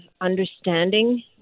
understanding